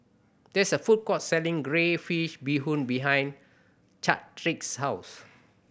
there is a food court selling crayfish beehoon behind Chadrick's house